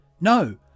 No